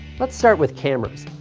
let's start with cameras.